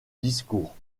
discours